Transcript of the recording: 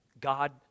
God